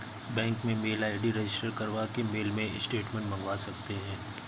bank में mail ID register करवा के मेल पे स्टेटमेंट मंगवा सकते है